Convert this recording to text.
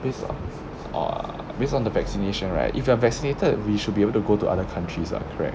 based on err based on the vaccination right if you are vaccinated you should be able to go to other countries [what] correct